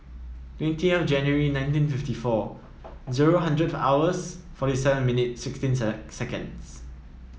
January nineteen fifty four zero hundred hours forty seven minute sixteen seconds